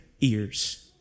ears